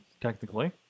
technically